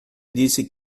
disse